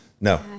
No